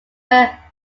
eyre